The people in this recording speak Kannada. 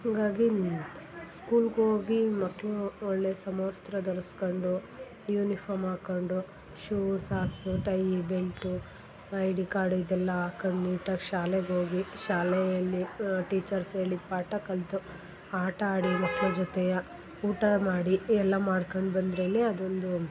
ಹಂಗಾಗಿ ಸ್ಕೂಲ್ಗೆ ಹೋಗಿ ಮಕ್ಕಳು ಒಳ್ಳೆಯ ಸಮವಸ್ತ್ರ ಧರಿಸ್ಕೊಂಡು ಯೂನಿಫಾಮ್ ಹಾಕ್ಕೊಂಡು shoe socks tie belt I D card ಇದೆಲ್ಲ ಹಾಕ್ಕೊಂಡ್ ನೀಟಾಗಿ ಶಾಲೆಗೆ ಹೋಗಿ ಶಾಲೆಯಲ್ಲಿ ಟೀಚರ್ಸ್ ಹೇಳಿದ್ ಪಾಠ ಕಲಿತು ಆಟ ಆಡಿ ಮಕ್ಳ ಜೊತೆ ಊಟ ಮಾಡಿ ಎಲ್ಲ ಮಾಡ್ಕೊಂಡು ಬಂದ್ರೇ ಅದೊಂದು